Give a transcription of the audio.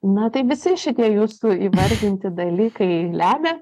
na tai visi šitie jūsų įvardinti dalykai lemia